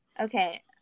Okay